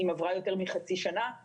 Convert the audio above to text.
הספציפי הזה של בידוד בית אלא גם ההגדרה